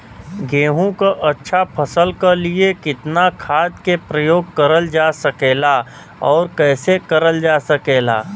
गेहूँक अच्छा फसल क लिए कितना खाद के प्रयोग करल जा सकेला और कैसे करल जा सकेला?